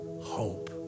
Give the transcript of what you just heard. hope